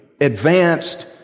advanced